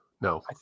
No